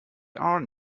are